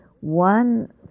one